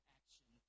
action